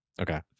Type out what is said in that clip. Okay